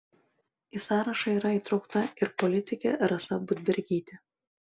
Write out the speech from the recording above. į sąrašą yra įtraukta ir politikė rasa budbergytė